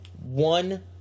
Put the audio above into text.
one